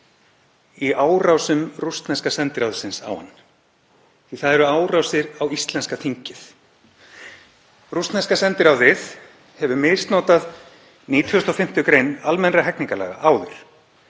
í árásum rússneska sendiráðsins á hann því að það eru árásir á íslenska þingið. Rússneska sendiráðið hefur misnotað 95. gr. almennra hegningarlaga áður